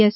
S